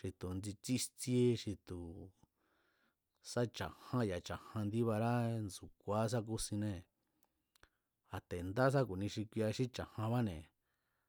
xi tu̱ indi tsíjtsíé xi tu̱ sá cha̱ján ya̱a cha̱jan ndíbará ndsu̱aá sá kúsinnée̱ a̱ te̱ nda sa ku̱nia kuia xí cha̱janbáne̱